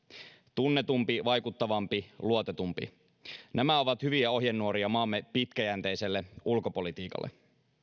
tunnetumpi vaikuttavampi luotetumpi nämä ovat hyviä ohjenuoria maamme pitkäjänteiselle ulkopolitiikalle